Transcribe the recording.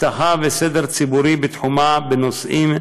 אבטחה וסדר ציבורי בתחומה בנושאים,